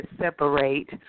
separate